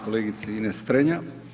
kolegici Ines Strenja.